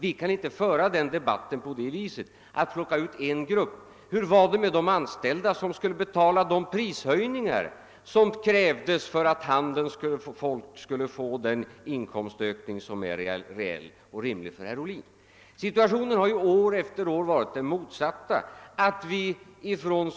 Vi kan inte föra en sådan debatt om vi skall plocka ut en speciell grupp. Hur blir det med de anställda som skulle betala de prishöjningar som krävs för att handelns folk skall få den inkomstökning som herr Ohlin tycker är rimlig? Situationen har år efter år varit den motsatta.